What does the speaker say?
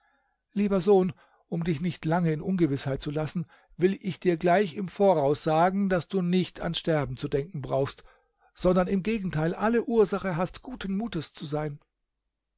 lieber sohn um dich nicht lange in ungewißheit zu lassen will ich dir gleich im voraus sagen daß du nicht ans sterben zu denken brauchst sondern im gegenteil alle ursache hast gutes mutes zu sein